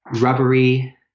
Rubbery